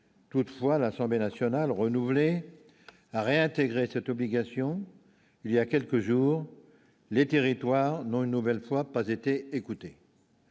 toutefois, l'Assemblée nationale renouvelée à réintégrer cette obligation, il y a quelques jours, les territoires n'ont une nouvelle fois pas été écouté